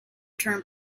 term